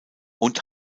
und